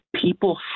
people